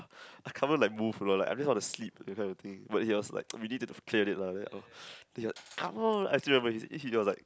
I can't like move lor I just want to sleep that's the thing but he was like we really need to clear it lah oh come on he was like